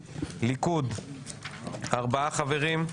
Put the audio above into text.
ליכוד ארבעה חברים,